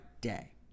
day